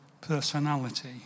personality